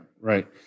Right